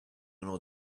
uno